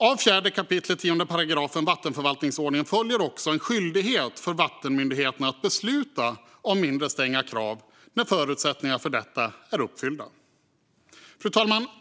Av 4 kap. 10 § vattenförvaltningsförordningen följer också en skyldighet för vattenmyndigheterna att besluta om mindre stränga krav när förutsättningarna för detta är uppfyllda. Fru talman!